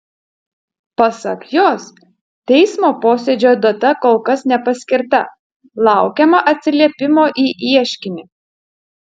pasak jos teismo posėdžio data kol kas nepaskirta laukiama atsiliepimo į ieškinį